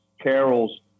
carols